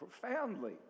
profoundly